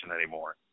anymore